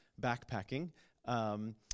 backpacking